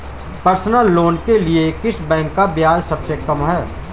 Personal loan के लिए किस बैंक का ब्याज सबसे कम है?